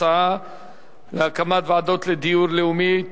הנושא: ההצעה להקים ועדות לדיור לאומי,